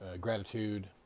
gratitude